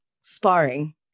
sparring